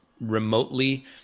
remotely